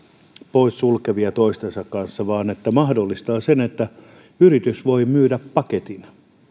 poissulkevia toistensa kanssa vaan mahdollistavat sen että yritys voi myydä paketin